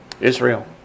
Israel